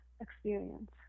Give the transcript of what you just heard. experience